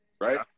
Right